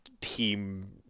team